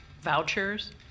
vouchers